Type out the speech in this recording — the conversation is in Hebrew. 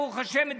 ברוך השם,